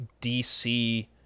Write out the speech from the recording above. DC